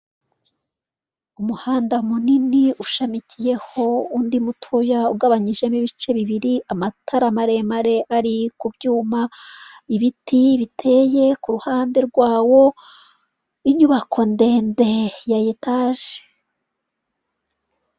Umuhanda munini ushamikiyeho undi mutoya, ugabanyijemo ibice bibiri, amatara maremare ari ku byuma, ibiti biteye ku ruhande rwawo, inyubako ndende ya etaje.